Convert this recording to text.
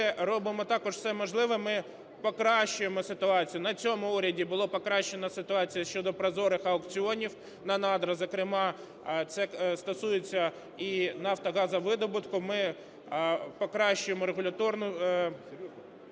робимо також все можливе, ми покращуємо ситуацію. На цьому уряді було покращено ситуацію щодо прозорих аукціонів на надра, зокрема це стосується і нафто-газовидобутку. Ми покращуємо регуляторні